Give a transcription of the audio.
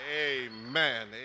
Amen